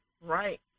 Right